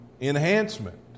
Enhancement